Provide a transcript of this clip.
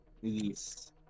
please